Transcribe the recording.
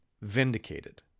vindicated